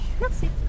merci